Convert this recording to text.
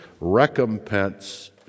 recompense